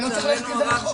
לצערנו הרב,